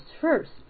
first